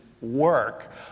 work